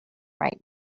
right